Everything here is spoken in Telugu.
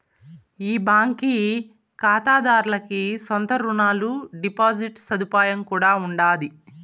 ఈ బాంకీ కాతాదార్లకి సొంత రునాలు, డిపాజిట్ సదుపాయం కూడా ఉండాది